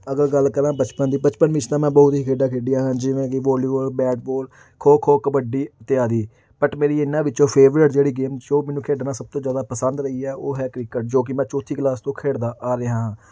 ਅਗਰ ਗੱਲ ਕਰਾਂ ਬਚਪਨ ਦੀ ਬਚਪਨ ਵਿੱਚ ਤਾਂ ਮੈਂ ਬਹੁਤ ਹੀ ਖੇਡਾਂ ਖੇਡੀਆਂ ਹਨ ਜਿਵੇਂ ਕਿ volleyball bat ball kho kho kabaddi ਅਤੇ ਆਦਿ ਬਟ ਮੇਰੀ ਇਹਨਾਂ ਵਿੱਚੋਂ ਫੇਵਰੇਟ ਜਿਹੜੀ ਗੇਮ ਸ਼ੋ ਮੈਨੂੰ ਖੇਡਣਾ ਸਭ ਤੋਂ ਜ਼ਿਆਦਾ ਪਸੰਦ ਰਹੀ ਹੈ ਉਹ ਹੈ ਕ੍ਰਿਕਟ ਜੋ ਕਿ ਮੈਂ ਚੌਥੀ ਕਲਾਸ ਤੋਂ ਖੇਡਦਾ ਆ ਰਿਹਾ ਹਾਂ